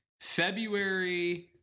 February